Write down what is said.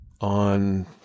on